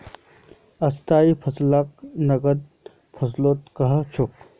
स्थाई फसलक नगद फसलो कह छेक